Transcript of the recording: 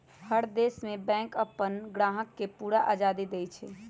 हर देश में बैंक अप्पन ग्राहक के पूरा आजादी देई छई